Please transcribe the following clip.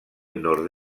nord